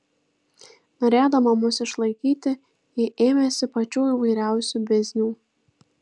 norėdama mus išlaikyti ji ėmėsi pačių įvairiausių biznių